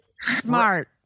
Smart